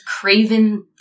Craven